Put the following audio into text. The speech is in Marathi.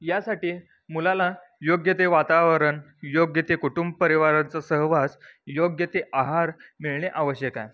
यासाठी मुलाला योग्य ते वातावरण योग्य ते कुटुंब परिवारांचा सहवास योग्य ते आहार मिळणे आवश्यक आहे